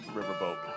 riverboat